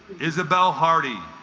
isabel hardy